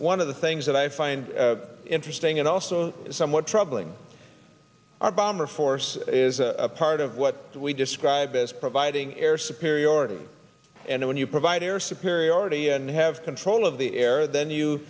one of the things that i find interesting and also somewhat troubling our bomber force is a part of what we describe as providing air superiority and when you provide air superiority and have control of the air then you